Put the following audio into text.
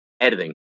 editing